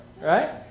right